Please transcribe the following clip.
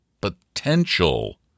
potential